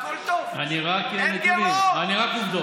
ואנחנו כן בטוחים בדרך שלנו,